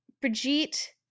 Brigitte